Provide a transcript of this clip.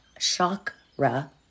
chakra